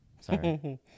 sorry